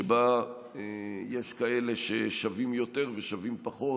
שבה יש כאלה ששווים יותר ושווים פחות,